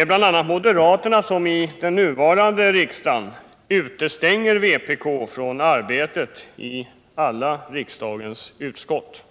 I den nuvarande riksdagen är det bl.a. moderaterna som utestänger vpk från arbetet i alla riksdagens utskott.